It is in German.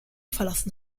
verlassen